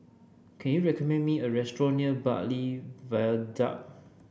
can you recommend me a restaurant near Bartley Viaduct